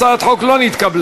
הצעת החוק לא נתקבלה.